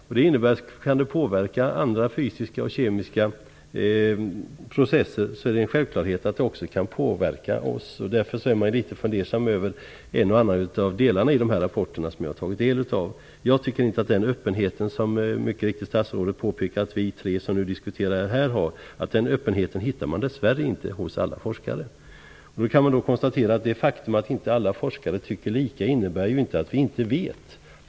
Kan något påverka andra fysiska och kemiska processer är det en självklarhet att det också kan påverka oss. Därför är jag litet fundersam över en och annan del i de rapporter som jag har tagit del av. Jag tycker dess värre inte att man hittar den öppenhet som statsrådet mycket riktigt påpekar att vi tre som nu diskuterar frågan har hos alla forskare. Det faktum att inte alla forskare tycker lika innebär ju inte att vi inte vet.